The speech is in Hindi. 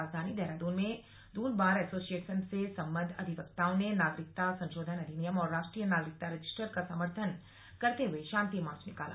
राजधानी देहरादून में दून बार एसोसिएशन से संबद्ध अधिवक्ताओं ने नागरिकता संशोधन अधिनियम और राष्ट्रीय नागरिकता रजिस्टर का समर्थन करते हुए शांति मार्च निकाला